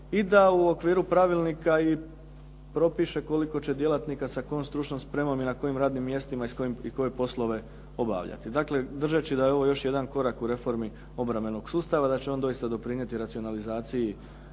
i da u okviru pravilnika propiše koliko će djelatnika sa kojom stručnom spremom i na kojim radnim mjestima i koje poslove obavljati. Dakle, držeći da je ovo još jedan korak u reformi obrambenog sustava da će on doista doprinijeti racionalizaciji